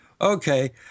Okay